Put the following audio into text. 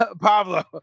Pablo